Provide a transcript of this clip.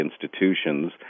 institutions